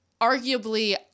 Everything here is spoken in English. arguably